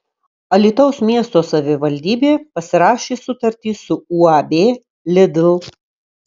alytaus miesto savivaldybė pasirašė sutartį su uab lidl